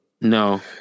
No